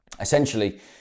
Essentially